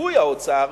ובגיבוי של האוצר.